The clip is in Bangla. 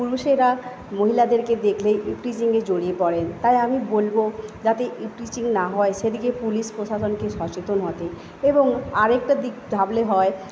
পুরুষেরা মহিলাদেরকে দেখলেই ইভটিজিংয়ে জড়িয়ে পড়েন তাই আমি বলব যাতে ইভটিজিং না হয় সেদিকে পুলিশ প্রশাসনকে সচেতন হতে এবং আরেকটা দিক ভাবলে হয়